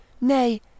Nay